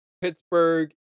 Pittsburgh